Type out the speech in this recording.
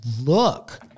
look